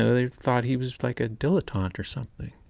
and they thought he was like a dilettante or something.